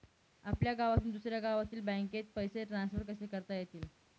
आपल्या गावातून दुसऱ्या गावातील बँकेत पैसे ट्रान्सफर कसे करता येतील?